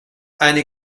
eine